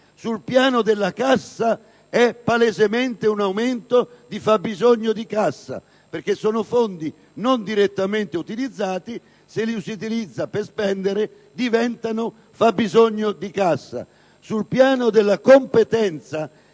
Sul piano della cassa è palesemente un aumento di fabbisogno di cassa, perché sono fondi non direttamente utilizzati che, se utilizzati per spese, diventano fabbisogno di cassa. Ma, sul piano della competenza,